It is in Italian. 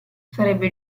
sarebbe